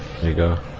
bigger